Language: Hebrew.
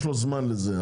יש לו זמן לזה.